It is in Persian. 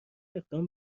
اقدام